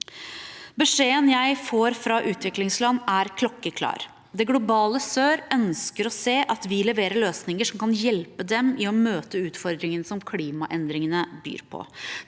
Beskjeden jeg får fra utviklingsland, er klokkeklar: Det globale sør ønsker å se at vi leverer løsninger som kan hjelpe dem i å møte utfordringene som klimaendringene byr på.